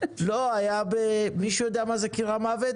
לא זה היה, מישהו יודע מה זה קיר המוות?